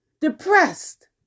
depressed